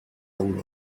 old